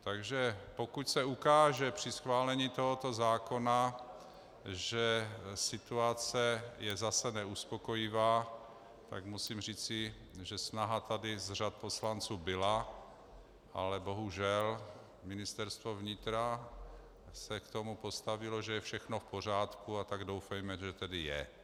Takže pokud se ukáže při schválení tohoto zákona, že situace je zase neuspokojivá, tak musím říci, že snaha tady z řad poslanců byla, ale bohužel, Ministerstvo vnitra se k tomu postavilo, že je všechno v pořádku, a tak doufejme, že tedy je.